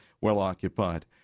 well-occupied